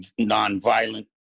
nonviolent